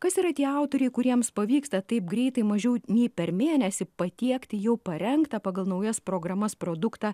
kas yra tie autoriai kuriems pavyksta taip greitai mažiau nei per mėnesį patiekti jau parengta pagal naujas programas produktą